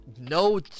No